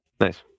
Nice